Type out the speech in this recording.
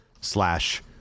slash